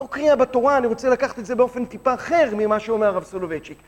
לא קריאה בתורה, אני רוצה לקחת את זה באופן טיפה אחר ממה שאומר הרב סולובייצ'י.